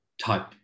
type